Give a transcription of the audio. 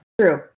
True